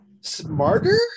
Smarter